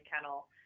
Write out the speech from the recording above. kennel